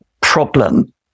problem